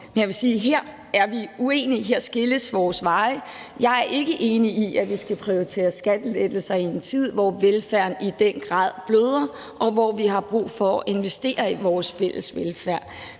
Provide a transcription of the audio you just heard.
Men jeg vil sige, at her er vi uenige. Her skilles vores veje. Jeg er ikke enig i, at vi skal prioritere skattelettelser i en tid, hvor velfærden i den grad bløder, og hvor vi har brug for at investere i vores fælles velfærd.